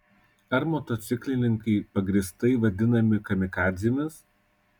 ar motociklininkai pagrįstai vadinami kamikadzėmis